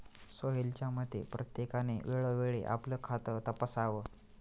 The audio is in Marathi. सोहेलच्या मते, प्रत्येकाने वेळोवेळी आपलं खातं तपासावं